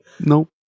Nope